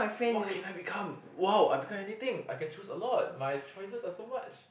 what can I become !wow! I become anything I can choose a lot my choices are so much